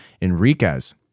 Enriquez